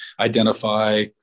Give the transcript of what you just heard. identify